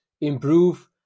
improve